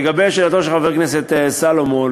לגבי שאלתו של חבר הכנסת סולומון,